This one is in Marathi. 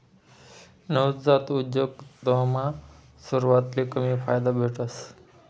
नवजात उद्योजकतामा सुरवातले कमी फायदा भेटस